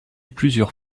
plusieurs